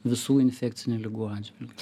visų infekcinių ligų atžvilgiu